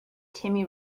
timmy